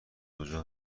کجا